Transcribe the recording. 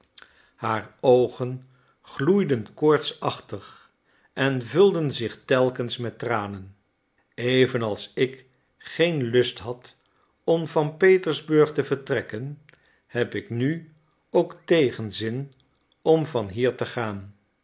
haar oogen gloeiden koortsachtig en vulden zich telkens met tranen evenals ik geen lust had om van petersburg te vertrekken heb ik nu ook tegenzin om van hier te gaan